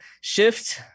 shift